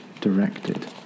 directed